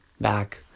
back